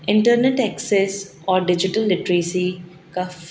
internet access اور digital literacy کا